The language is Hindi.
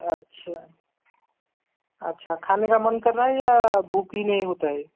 अच्छा अच्छा खाने का मन कर रहा है या भूख ही नहीं होता है